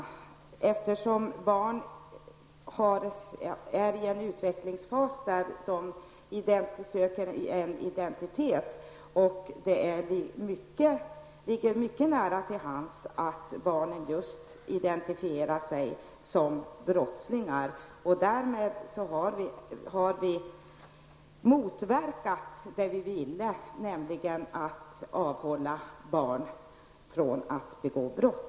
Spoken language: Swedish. Barn och ungdomar befinner sig ju i en utvecklingsfas där de söker en identitet. Om de hamnar i häkte eller polisarrest ligger det mycket nära till hands att de identifierar sig som brottslingar. Då motverkar vi vad vi vill åstadkomma, nämligen att avhålla barn och ungdomar från att begå brott.